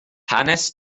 hanes